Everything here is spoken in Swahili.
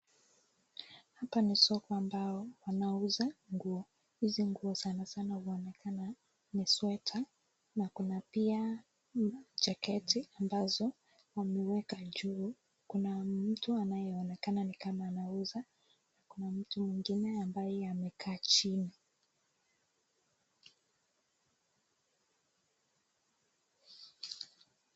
Hapa ni soko ambao wanauza nguo. Hizi nguo sana sana zaonekana ni sweta, na kuna pia jaketi ambazo wameweka juu. Kuna mtu anayeonekana nikama anauza, kuna mtu mwingine ambaye amekaa chini.